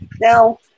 Now